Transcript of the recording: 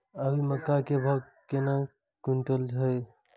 अभी मक्का के भाव केना क्विंटल हय?